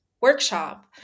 workshop